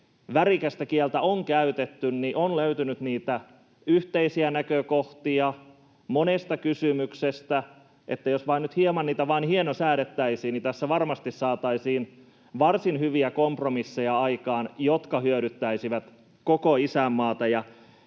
värikästä kieltä on käytetty, on löytynyt yhteisiä näkökohtia monesta kysymyksestä, että jos nyt hieman niitä vain hienosäädettäisiin, niin tässä varmasti saataisiin aikaan varsin hyviä kompromisseja, jotka hyödyttäisivät koko isänmaata.